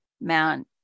man